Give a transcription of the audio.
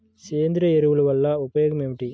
సేంద్రీయ ఎరువుల వల్ల ఉపయోగమేమిటీ?